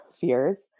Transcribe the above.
fears